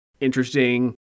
interesting